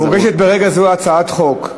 מוגשת ברגע זה הצעת חוק,